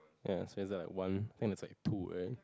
ya it is like one it is like two right